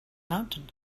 mountain